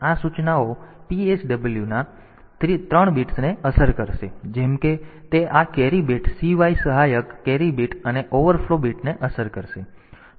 આ સૂચનાઓ PSW ના 3 બીટ્સને અસર કરશે જેમ કે તે આ કેરી બીટ CY સહાયક કેરી બીટ અને ઓવરફ્લો બીટને અસર કરશે